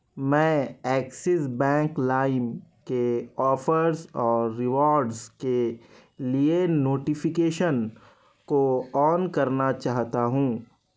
میں Axis bank لائم کے آفرس اور ریوارڈس کے لیے نوٹیفکیشن کو آن کرنا چاہتا ہوں